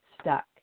stuck